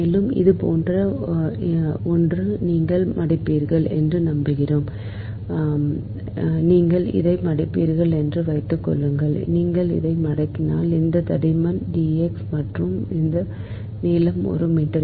மேலும் இது போன்ற ஒன்று நீங்கள் மடிப்பீர்கள் என்று நம்புகிறேன் நீங்கள் இதை மடிப்பீர்கள் என்று வைத்துக்கொள்ளுங்கள் நீங்கள் அதை மடக்கினால் இந்த தடிமன் dx மற்றும் இந்த நீளம் 1 மீட்டர்